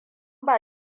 ba